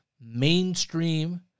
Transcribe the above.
mainstream